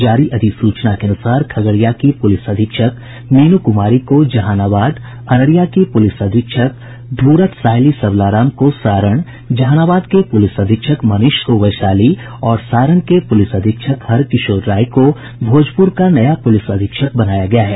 जारी अधिसूचना के अनुसार खगड़िया की पुलिस अधीक्षक मीनू कुमारी को जहानाबाद अररिया की पुलिस अधीक्षक धूरत सायली सबलाराम को सारण जहानाबाद के पुलिस अधीक्षक मनीष को वैशाली और सारण के पुलिस अधीक्षक हर किशोर राय को भोजपुर का नया पुलिस अधीक्षक बनाया गया है